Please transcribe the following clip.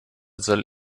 soll